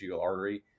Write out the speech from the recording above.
artery